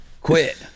quit